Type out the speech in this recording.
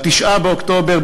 ב-8 באוקטובר,